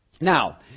Now